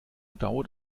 dauert